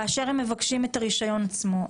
כאשר הם מבקשים את הרישיון עצמו,